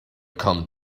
come